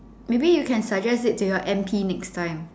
maybe you can suggest it to your M_P next time